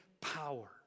power